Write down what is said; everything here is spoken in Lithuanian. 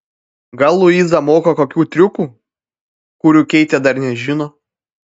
gal luiza moka kokių triukų kurių keitė dar nežino